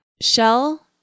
Shell